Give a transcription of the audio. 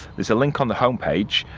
there's a link on the home page.